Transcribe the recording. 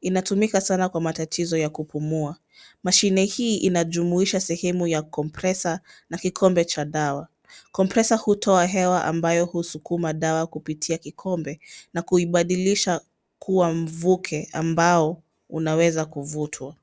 Inatumika sana kwa matatizo ya kupumua. Mashine hii inajumuisha sehemu ya compressor na kikombe cha dawa. Compressor hutoa hewa ambayo husukuma dawa kupitia kikombe na kuibadilisha kuwa mvuke ambao unaweza kuvutwa.